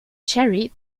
cherry